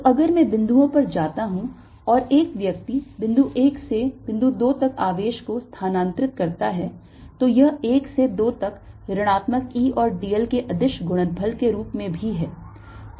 तो अगर मैं बिंदुओं पर जाता हूं और एक व्यक्ति बिंदु 1 से बिंदु 2 तक आवेश को स्थानांतरित करता है तो यह 1 से 2 तक ऋणात्मक E और dl के अदिश गुणनफल के रूप में भी है